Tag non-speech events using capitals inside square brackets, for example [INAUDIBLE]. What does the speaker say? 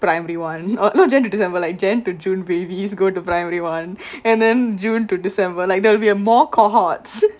primary one or not jan to december like jan to june babies go to primary one [BREATH] and then june to december like there will be a more cohorts [LAUGHS]